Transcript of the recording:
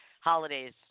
holidays